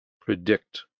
predict